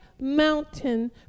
mountain